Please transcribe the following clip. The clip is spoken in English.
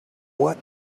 what